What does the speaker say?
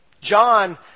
John